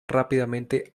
rápidamente